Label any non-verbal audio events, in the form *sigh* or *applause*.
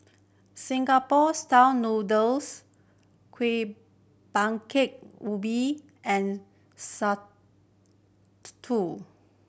Singapore Style Noodles Kuih Bingka Ubi and *unintelligible*